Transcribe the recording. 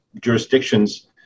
jurisdictions